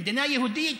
במדינה יהודית,